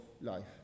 life